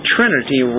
Trinity